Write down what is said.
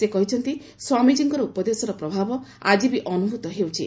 ସେ କହିଛନ୍ତି ସ୍ୱାମୀଜୀଙ୍କର ଉପଦେଶର ପ୍ରଭାବ ଆଜି ବି ଅନୁଭୂତ ହେଉଛି